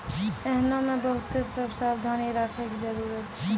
एहनो मे बहुते सभ सावधानी राखै के जरुरत छै